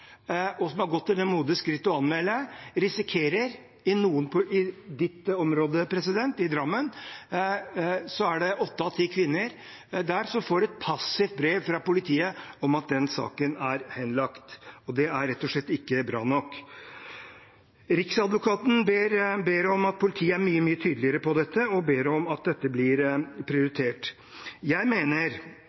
og som har gått til det modige skrittet å anmelde, risikerer – i presidentens område, Drammen, gjelder det åtte av ti kvinner – å få et passivt brev fra politiet om at saken er henlagt. Det er rett og slett ikke bra nok. Riksadvokaten ber om at politiet er mye, mye tydeligere på dette, og om at dette blir prioritert. Jeg mener